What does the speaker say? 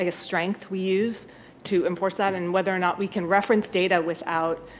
ah strength we use to enforce that, and whether or not we can reference data without